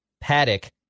Paddock